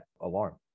alarm